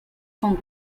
hong